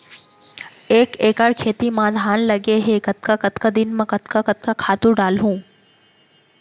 एक एकड़ खेत म धान लगे हे कतका कतका दिन म कतका कतका खातू डालहुँ?